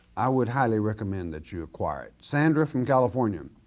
i would highly recommend that you acquire it. sandra from california,